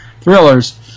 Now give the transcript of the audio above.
thrillers